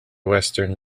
western